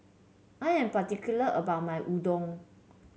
I am particular about my Udon